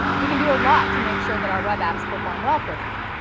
we can do a lot to make sure that our web apps perform well for them.